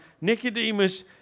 Nicodemus